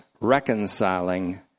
reconciling